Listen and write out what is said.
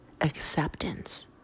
Acceptance